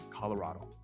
Colorado